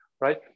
right